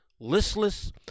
listless